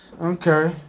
okay